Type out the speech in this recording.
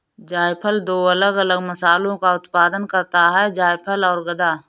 जायफल दो अलग अलग मसालों का उत्पादन करता है जायफल और गदा